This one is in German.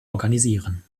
organisieren